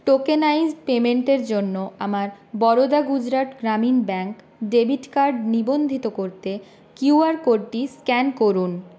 tokenised পেমেন্টের জন্য আমার Baroda Gujarat Gramin bank debit card নিবন্ধিত করতে কিউআর কোডটি স্ক্যান করুন